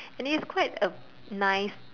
and it's quite a nice